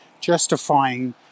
justifying